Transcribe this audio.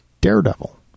Daredevil